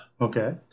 Okay